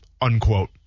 unquote